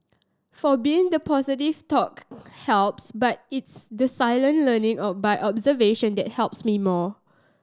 for been the positive talk helps but it's the silent learning a by observation that helps me more